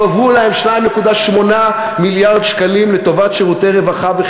יועברו להן 2.8 מיליארד שקלים לטובת שירותי רווחה.